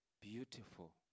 beautiful